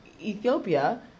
Ethiopia